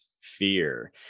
fear